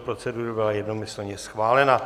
Procedura byla jednomyslně schválena.